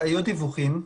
היו דיווחים.